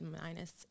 minus